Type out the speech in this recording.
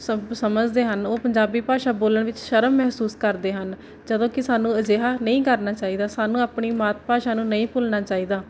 ਸਭ ਸਮਝਦੇ ਹਨ ਉਹ ਪੰਜਾਬੀ ਭਾਸ਼ਾ ਬੋਲਣ ਵਿੱਚ ਸ਼ਰਮ ਮਹਿਸੂਸ ਕਰਦੇ ਹਨ ਜਦੋਂ ਕਿ ਸਾਨੂੰ ਅਜਿਹਾ ਨਹੀਂ ਕਰਨਾ ਚਾਹੀਦਾ ਸਾਨੂੰ ਆਪਣੀ ਮਾਤ ਭਾਸ਼ਾ ਨੂੰ ਨਹੀਂ ਭੁੱਲਣਾ ਚਾਹੀਦਾ